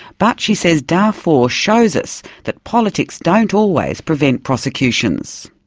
but she says darfur shows us that politics don't always prevent prosecutions.